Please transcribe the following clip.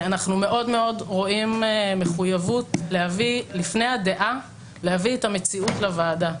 אנחנו רואים מחויבות רבה להביא לפני הדעה להביא את המציאות לוועדה.